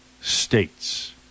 states